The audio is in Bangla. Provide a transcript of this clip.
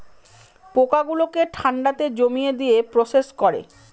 পোকা গুলোকে ঠান্ডাতে জমিয়ে দিয়ে প্রসেস করে